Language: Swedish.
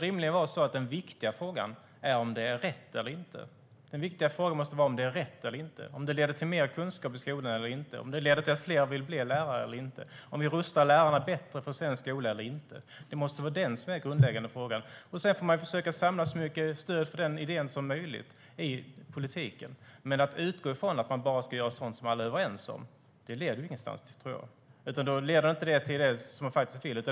Det viktiga måste rimligen vara om det är rätt eller inte, om det leder till mer kunskap i skolan eller inte, om det leder till att fler vill bli lärare eller inte, om vi rustar lärarna bättre för svensk skola eller inte. Det måste vara den grundläggande frågan. Sedan får man försöka samla så mycket stöd för den idén som möjligt i politiken, men att utgå från att man bara ska göra sådant som alla är överens om leder ingenstans.